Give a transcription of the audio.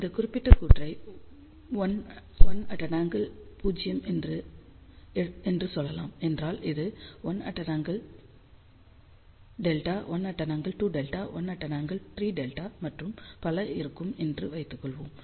இந்த குறிப்பிட்ட கூற்றை 1∠ 0 என்று சொல்லலாம் என்றால் இது 1∠ δ 1∠ 2δ 1∠ 3δ மற்றும் பல இருக்கும் என்று வைத்துக்கொள்வோம்